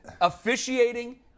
officiating